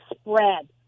spread